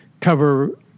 cover